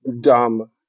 dumb